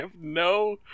no